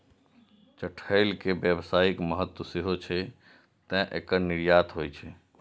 चठैल के व्यावसायिक महत्व सेहो छै, तें एकर निर्यात होइ छै